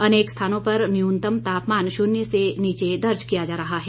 अनेक स्थानों पर न्यूनतम तापमान शून्य से नीचे दर्ज किया जा रहा है